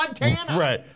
right